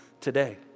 today